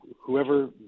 whoever